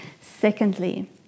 Secondly